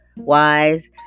wise